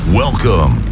welcome